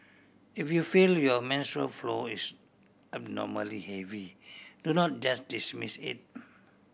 if you feel your menstrual flow is abnormally heavy do not just dismiss it